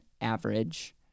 average